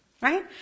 Right